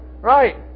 Right